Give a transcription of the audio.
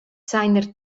seiner